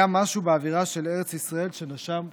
היה משהו באווירה של ארץ ישראל שנשם חופש.